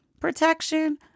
protection